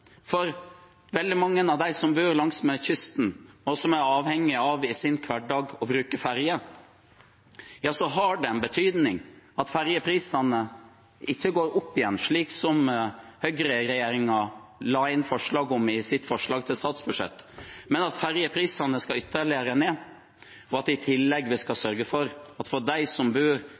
For veldig mange av dem som bor langs kysten, og som i sin hverdag er avhengig av å bruke ferge, har det betydning at fergeprisene ikke går opp igjen, slik høyreregjeringen la inn forslag om i sitt forslag til statsbudsjett, men at fergeprisene skal ytterligere ned. Vi skal i tillegg sørge for – for dem som